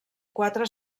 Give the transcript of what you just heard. quatre